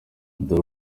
dore